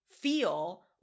feel